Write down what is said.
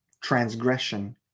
transgression